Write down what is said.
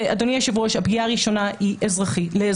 אדוני היושב ראש, הפגיעה הראשונה היא באזרחים.